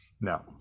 no